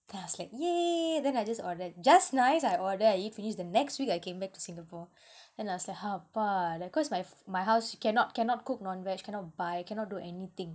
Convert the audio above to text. then I was like !yay! then I just ordered just nice I order I eat finish the next week I came back to singapore then I was அப்பாடா:appaadaa like cause my f~ my house you cannot cannot cook non veg cannot buy cannot do anything